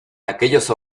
aquellos